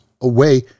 away